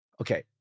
Okay